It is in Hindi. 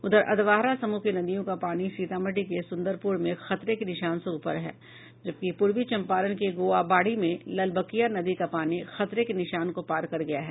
उधर अधवारा समूह के नदियों का पानी सीतामढ़ी के सुंदरपुर में खतरे के निशान से ऊपर है जबकि पूर्वी चम्पारण के गोवाबाड़ी में लालबकिया नदी का पानी खतरे के निशान को पार कर गया है